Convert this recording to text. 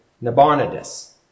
Nabonidus